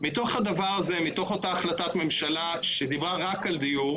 מתוך אותה החלטת ממשלה שדיברה רק על דיור,